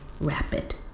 rapid